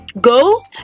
go